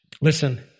Listen